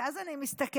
ואז אני מסתכלת